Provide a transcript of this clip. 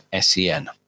SEN